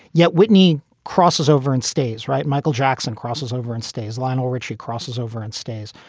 yet whitney crosses over and stays. right. michael jackson crosses over and stays. lionel richie crosses over and stays.